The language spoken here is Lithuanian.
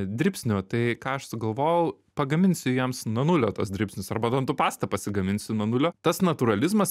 dribsnių tai ką aš sugalvojau pagaminsiu jiems nuo nulio tuos dribsnius arba dantų pastą pasigaminsiu nuo nulio tas natūralizmas